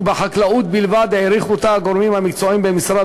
ובחקלאות בלבד העריכו אותה הגורמים המקצועיים במשרד